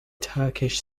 turkish